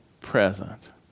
present